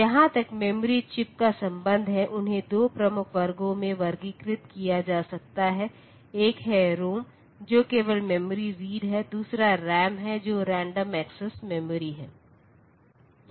जहां तक memory chips का संबंध है उन्हें दो प्रमुख वर्गों में वर्गीकृत किया जा सकता है एक है रोम जो केवल मेमोरी रीड है दूसरा रैम है जो रैंडम एक्सेस मेमोरी है